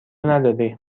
نداری